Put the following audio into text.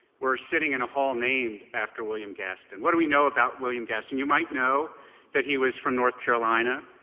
we're sitting in a hall named after william gaston. what do we know about william gaston? you might know that he was from north carolina.